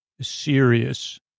Serious